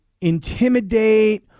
intimidate